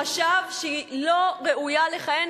חשב שהיא לא ראויה לכהן,